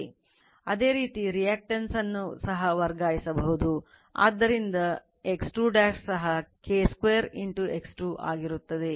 ಅದೇ ರೀತಿ reactance ಯನ್ನು ಸಹ ವರ್ಗಾಯಿಸಬಹುದು ಆದ್ದರಿಂದ X2 ಸಹ K 2 X2 ಆಗಿರುತ್ತದೆ